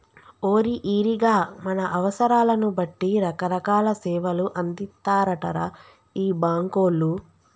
ఓరి ఈరిగా మన అవసరాలను బట్టి రకరకాల సేవలు అందిత్తారటరా ఈ బాంకోళ్లు